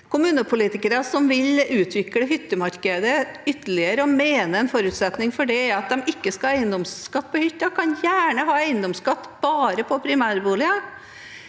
Kommunepolitikere som vil utvikle hyttemarkedet ytterligere, og som mener at en forutsetning for det er at de ikke har eiendomsskatt på hytter, må gjerne ha eiendomsskatt bare på primærboliger.